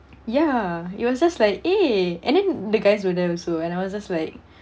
ya it was just like eh and then the guys were there also and I was just like